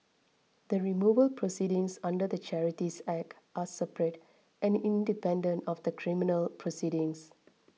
the removal proceedings under the Charities Act are separate and independent of the criminal proceedings